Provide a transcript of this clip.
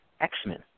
X-Men